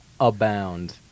abound